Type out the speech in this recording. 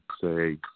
say